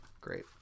Great